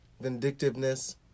vindictiveness